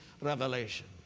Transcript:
revelation